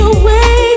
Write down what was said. away